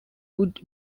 would